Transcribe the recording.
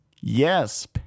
Yes